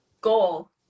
goal